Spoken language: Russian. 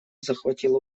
захватило